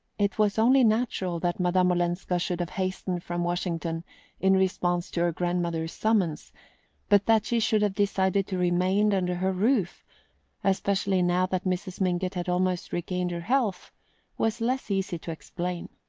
it was only natural that madame olenska should have hastened from washington in response to her grandmother's summons but that she should decided to remain under her roof especially now that mrs. mingott had almost regained her health was less easy to explain.